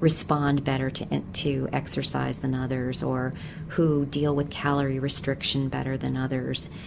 respond better to and to exercise than others, or who deal with calorie restriction better than others.